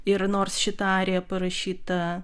ir nors šita arija parašyta